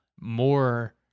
more